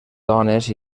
dones